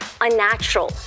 unnatural